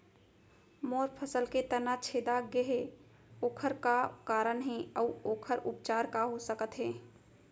मोर फसल के तना छेदा गेहे ओखर का कारण हे अऊ ओखर उपचार का हो सकत हे?